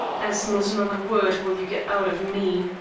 as not another word will you get out of me.